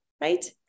right